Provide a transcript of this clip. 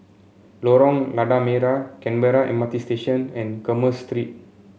Lorong Lada Merah Canberra M R T Station and Commerce Street